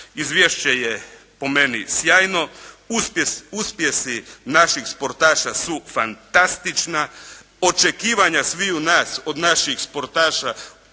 Izvješće je po meni sjajno. Uspjesi naših sportaša su fantastična. Očekivanja sviju nas od naših sportaša